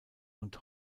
und